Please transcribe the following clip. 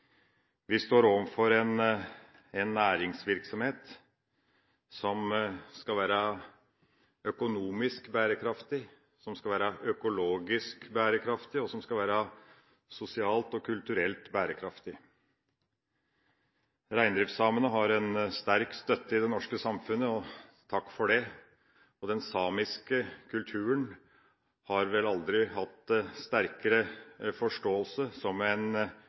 Vi står overfor en næringsvirksomhet som skal være økonomisk bærekraftig, som skal være økologisk bærekraftig, og som skal være sosialt og kulturelt bærekraftig. Reindriftssamene har en sterk støtte i det norske samfunnet – og takk for det – og den samiske kulturen har vel aldri hatt en sterkere forståelse som en